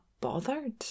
bothered